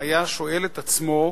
היה שואל עצמו: